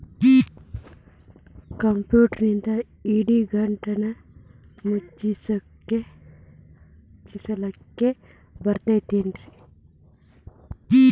ಕಂಪ್ಯೂಟರ್ನಿಂದ್ ಇಡಿಗಂಟನ್ನ ಮುಚ್ಚಸ್ಲಿಕ್ಕೆ ಬರತೈತೇನ್ರೇ?